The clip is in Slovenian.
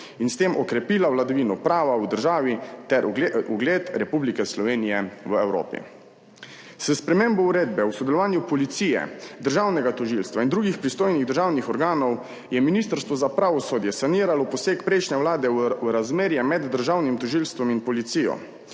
in s tem okrepila vladavino prava v državi ter ugled Republike Slovenije v Evropi. S spremembo Uredbe o sodelovanju policije, državnega tožilstva in drugih pristojnih državnih organov je Ministrstvo za pravosodje saniralo poseg prejšnje vlade v razmerje med državnim tožilstvom in policijo.